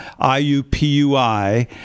IUPUI